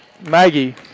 Maggie